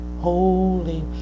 holy